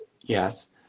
yes